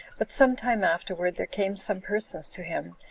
but some time afterward there came some persons to him,